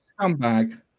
scumbag